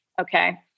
okay